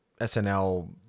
SNL